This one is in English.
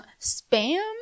spam